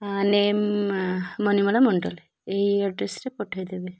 name Manimala Mandal ଏହି ଆଡ଼୍ରେସ୍ରେ ପଠେଇ ଦେବେ